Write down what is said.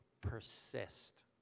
Persist